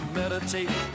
meditate